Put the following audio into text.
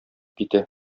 китә